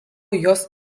jos